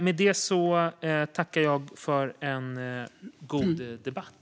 Med det tackar jag för en god debatt.